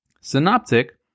Synoptic